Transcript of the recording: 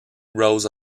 rows